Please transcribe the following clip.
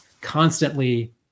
constantly